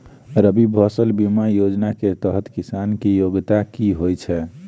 रबी फसल बीमा योजना केँ तहत किसान की योग्यता की होइ छै?